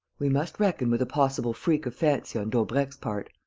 we must reckon with a possible freak of fancy on daubrecq's part,